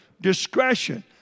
Discretion